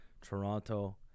Toronto